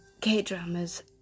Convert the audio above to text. K-dramas